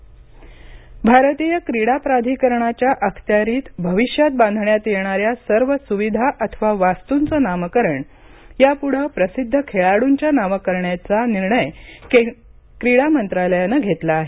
रीजीज् भारतीय क्रीडा प्राधिकरणाच्या अखत्यारीत भविष्यात बांधण्यात येणाऱ्या सर्व सुविधा अथवा वास्तुंचे नामकरण यापुढे प्रसिद्ध खेळाडूंच्या नावे करण्याचा निर्णय क्रीडा मंत्रालयाने घेतला आहे